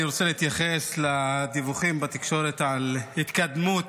אני רוצה להתייחס לדיווחים בתקשורת על התקדמות